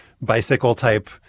bicycle-type